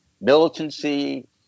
militancy